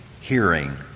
hearing